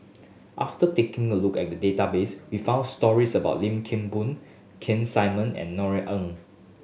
after taking a look at the database we found stories about Lim Kim Boon Keith Simmons and Norothy Ng